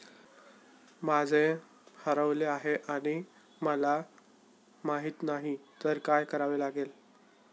माझे पासबूक हरवले आहे आणि मला खाते क्रमांक माहित नाही तर काय करावे लागेल?